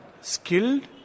skilled